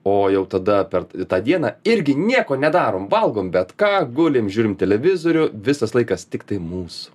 o jau tada per tą dieną irgi nieko nedarom valgom bet ką gulim žiūrim televizorių visas laikas tiktai mūsų